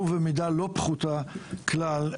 ובמידה לא פחותה כלל,